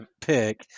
pick